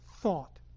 thought